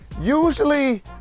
Usually